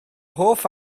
hoff